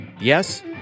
Yes